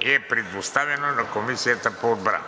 и е предоставено на Комисията по отбрана.